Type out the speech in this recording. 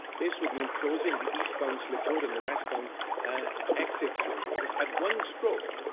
this would mean closing the eastbound slip road and the westbound exit slip road. at one stroke,